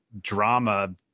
drama